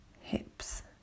hips